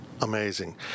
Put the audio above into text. amazing